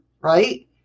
right